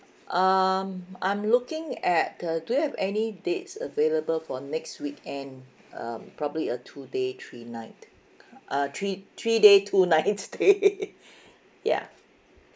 um I'm looking at the do you have any dates available for next weekend uh probably a two day three night uh three three day two night stay ya